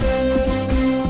they do